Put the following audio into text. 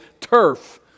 turf